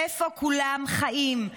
איפה כולם חיים?